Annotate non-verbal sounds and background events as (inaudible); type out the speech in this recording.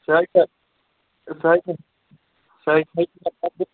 سُہ حظ چھُ سُہ حظ چھِ سُہ حظ (unintelligible)